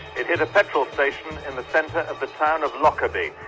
it hit a petrol station in the centre of the town of lockerbie.